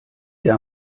der